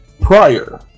prior